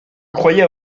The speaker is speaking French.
croyais